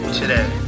today